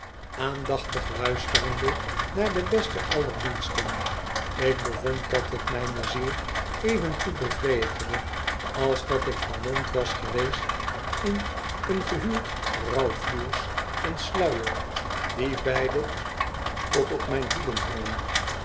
aandachtig luisterende naar den besten aller diensten ik bevond dat het mijne ziel evengoed bevredigde als dat ik vermomd was geweest in een gehuurd rouwfloers én sluier die beide tot op mijne hielen hangen